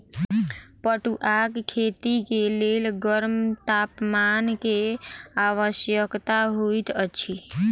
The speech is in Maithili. पटुआक खेती के लेल गर्म तापमान के आवश्यकता होइत अछि